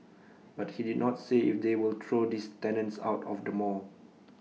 but he did not say if they will throw these tenants out of the mall